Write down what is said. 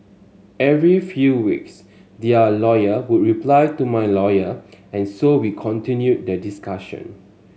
every few weeks their lawyer would reply to my lawyer and so we continued the discussion